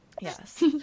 Yes